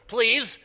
Please